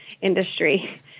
industry